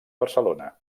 barcelona